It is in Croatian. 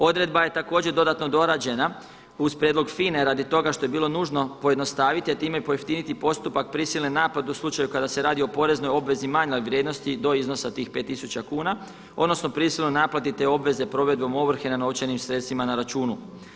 Odredba je također dodatno dorađena uz prijedlog FINA-e radi toga što je bilo nužno pojednostaviti, a time i pojeftiniti postupak prisilne naplate u slučaju kada se radi o poreznoj obvezi u manjoj vrijednosti do iznosa tih 5 tisuća kuna, odnosno prisilnoj naplati te obveze provedbom ovrhe na novčanim sredstvima na računu.